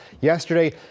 yesterday